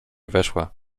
weszła